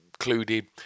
included